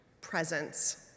presence